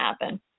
happen